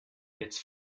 gets